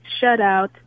shutout